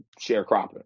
sharecropping